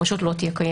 פשוט לא תהיה קיימת.